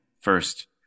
first